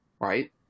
right